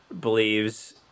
believes